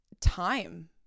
time